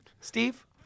Steve